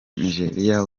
nigeria